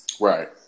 Right